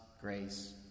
grace